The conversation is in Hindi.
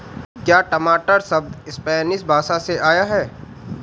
क्या टमाटर शब्द स्पैनिश भाषा से आया है?